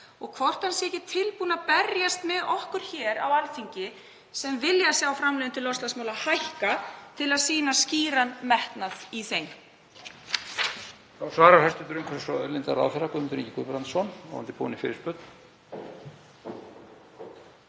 og hvort hann sé ekki tilbúinn að berjast með okkur hér á Alþingi sem viljum sjá framlög til loftslagsmála hækka, til að sýna skýran metnað í þeim.